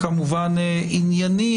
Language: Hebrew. כמובן,